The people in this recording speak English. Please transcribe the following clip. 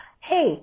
Hey